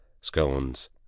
scones